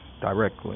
directly